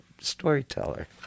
storyteller